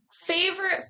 Favorite